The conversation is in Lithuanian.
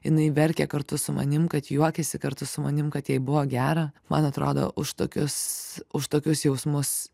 jinai verkė kartu su manim kad juokėsi kartu su manim kad jai buvo gera man atrodo už tokius už tokius jausmus